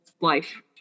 life